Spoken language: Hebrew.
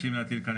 תתפוגג.